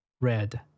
Red